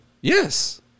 Yes